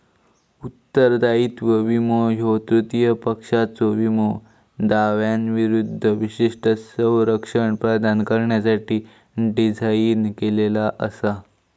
उत्तरदायित्व विमो ह्यो तृतीय पक्षाच्यो विमो दाव्यांविरूद्ध विशिष्ट संरक्षण प्रदान करण्यासाठी डिझाइन केलेला असा